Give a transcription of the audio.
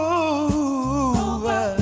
over